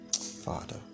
father